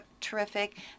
terrific